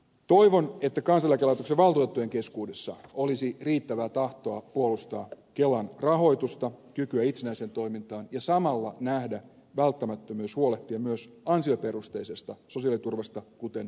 toivon että kansaneläkelaitoksen valtuutettujen keskuudessa olisi riittävää tahtoa puolustaa kelan rahoitusta kykyä itsenäiseen toimintaan ja samalla nähdä välttämättömyys huolehtia myös ansioperusteisesta sosiaaliturvasta kuten työeläkkeistä